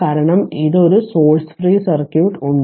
കാരണം ഒരു source free circuit ഉണ്ട്